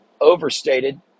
overstated